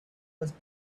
was